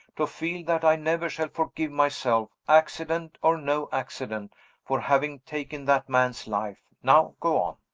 to feel that i never shall forgive myself accident or no accident for having taken that man's life. now go on.